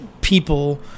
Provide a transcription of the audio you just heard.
people